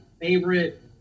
favorite